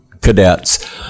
cadets